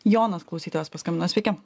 jonas klausytojas paskambino sveiki